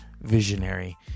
visionary